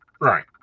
right